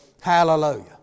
Hallelujah